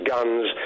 Guns